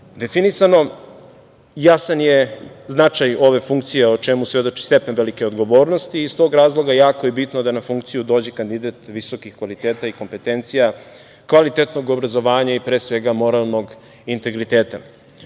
definisano. Jasan je značaj ove funkcije, o čemu svedoči stepen velike odgovornosti, i iz tog razloga jako je bitno da na funkciju dođe kandidat visokih kvaliteta i kompetencija, kvalitetnog obrazovanja i pre svega moralnog integriteta.U